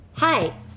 Hi